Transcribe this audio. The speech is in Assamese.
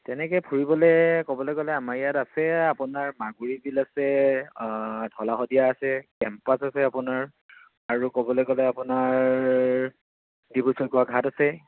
তেনেকৈ ফুৰিবলৈ ক'বলৈ গ'লে আমাৰ ইয়াত আছে আপোনাৰ মাগুৰী বিল ঢলা শদিয়া আছে কেম্পাছ আছে আপোনাৰ আৰু ক'বলৈ গ'লে আপোনাৰ ডিব্ৰু চৈখোৱা ঘাট আছে